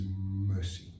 mercy